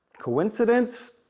Coincidence